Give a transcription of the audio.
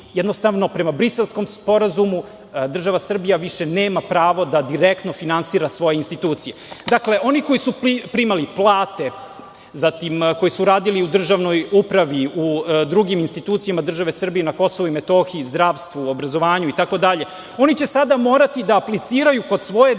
jednostavno, prema Briselskom sporazumu država Srbija više nema pravo da direktno finansira svoje institucije. Oni koji su primali plate, koji su radili u državnoj upravi, u drugim institucijama države Srbije na Kosovu i Metohiji, zdravstvu i obrazovanju, oni će sada morati da apliciraju kod svoje države